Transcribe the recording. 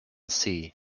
sea